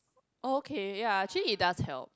okay ya actually it does help